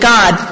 God